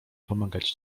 pomagać